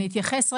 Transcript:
אני אתייחס רגע,